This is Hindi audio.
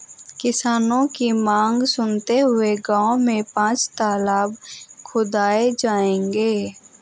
किसानों की मांग सुनते हुए गांव में पांच तलाब खुदाऐ जाएंगे